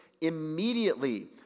Immediately